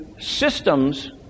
systems